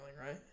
right